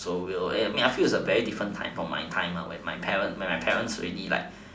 so real I feel it's a very different time from my time when my parents already like